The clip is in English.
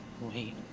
Wait